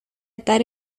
atar